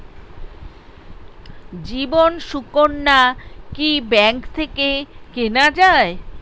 জীবন সুকন্যা কি ব্যাংক থেকে কেনা যায়?